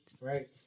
Right